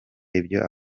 ibyo